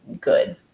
good